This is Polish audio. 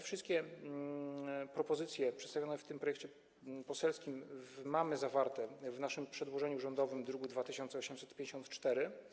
Wszystkie propozycje, jakie przedstawione są w tym projekcie poselskim, są też zawarte w naszym przedłożeniu rządowym w druku nr 2854.